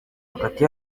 hagati